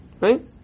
Right